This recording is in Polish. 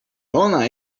ona